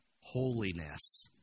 Holiness